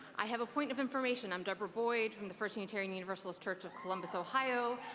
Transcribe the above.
i have a point of information. i'm debra boyd from the first unitarian universalist church of columbus, ohio,